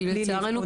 כי לצערנו,